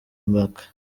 mkapa